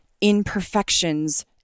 imperfections